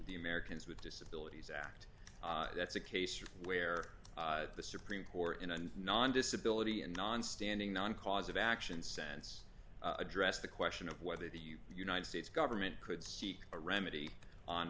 the americans with disabilities act that's a case where the supreme court in a non disability and non standing non cause of action sense addressed the question of whether the you united states government could seek a remedy on